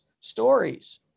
stories